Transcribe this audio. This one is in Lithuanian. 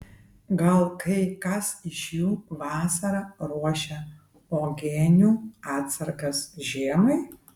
gal kai kas iš jų vasarą ruošia uogienių atsargas žiemai